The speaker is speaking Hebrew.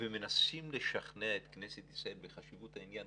ומנסים לשכנע את כנסת ישראל בחשיבות העניין,